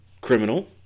criminal